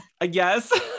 Yes